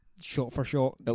shot-for-shot